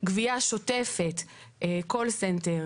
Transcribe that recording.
גבייה שוטפת - קול-סנטר,